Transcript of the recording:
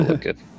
good